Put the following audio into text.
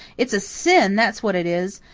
it's a sin, that's what it is.